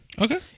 Okay